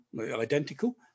identical